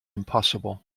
impossible